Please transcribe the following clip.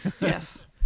Yes